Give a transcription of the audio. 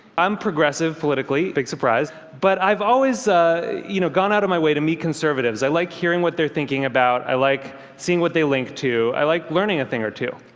i'm progressive politically big surprise, but i've always you know gone out of my way to meet conservatives. i like hearing what they're thinking about, i like seeing what they link to, i like learning a thing or two.